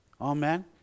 amen